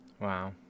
Wow